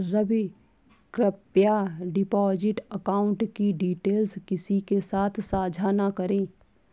रवि, कृप्या deposit account की details किसी के साथ सांझा न करें